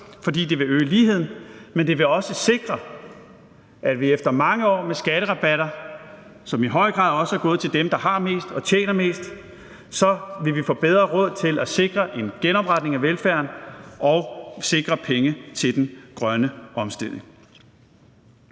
fordi det vil øge ligheden, men det vil også sikre, at vi efter mange år med skatterabatter, som i høj grad er gået til dem, der har mest og tjener mest, vil få bedre råd til at sikre en genopretning af velfærden og sikre penge til den grønne omstilling.